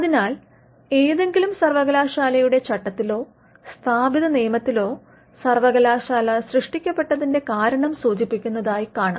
അതിനാൽ ഏതെങ്കിലും സർവകലാശാലയുടെ ചട്ടത്തിലോ സ്ഥാപിത നിയമത്തിലോ സർവ്വകലാശാല സൃഷ്ടിക്കപ്പെട്ടതിന്റെ കാരണം സൂചിപ്പിക്കുന്നതായി കാണാം